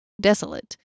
desolate